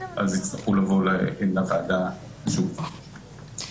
אז יצטרכו לבוא לוועדה שוב פעם.